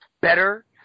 better